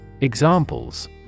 Examples